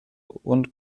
und